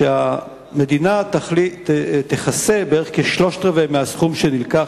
שהמדינה תכסה בערך כשלושה רבעים מהסכום שנלקח.